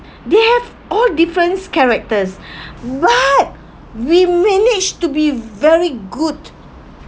they have all different characters but we managed to be very good